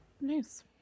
nice